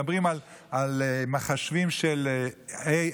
מדברים על מחשבים של AI,